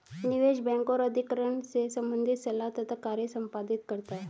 निवेश बैंक तथा अधिग्रहण से संबंधित सलाह तथा कार्य संपादित करता है